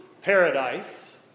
paradise